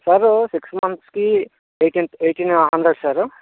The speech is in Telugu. సారు సిక్స్ మంత్స్కి ఎయిటీన్ ఎయిటీన్ హండ్రెడ్ సారు